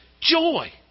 Joy